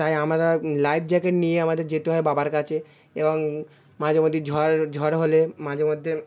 তাই আমরা life jacket নিয়ে আমাদের যেতে হয় বাবার কাছে এবং মাঝে মধ্যে ঝড় ঝড় হলে মাঝে মধ্যে